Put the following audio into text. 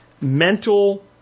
mental